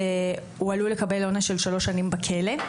הוא עלול לקבל עונש של שלוש שנים בכלא.